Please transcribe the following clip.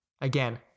Again